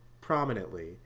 prominently